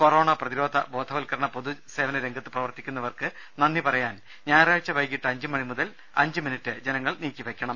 corona പ്രതിരോധ ബോധവത്ക്കരണ പൊതുസേവന രംഗത്ത് പ്രവർത്തിക്കുന്നവർക്ക് നന്ദി പറയാൻ ഞായറാഴ്ച വൈകിട്ട് അഞ്ച് മണിമുതൽ അഞ്ച് മിനുട്ട് ജനങ്ങൾ നീക്കിവെക്കണം